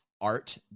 art